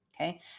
Okay